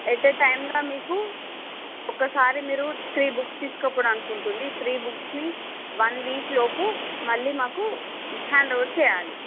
at a time లో మీకు ఒకసారి మీరు త్రీ బుక్స్ తీసుకపోవడానికి ఉంటుంది త్రీ బుక్స్ మళ్ళీ మాకు వన్ వీక్ లోపు మాకు హ్యాండవర్ చేయాలి